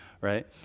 right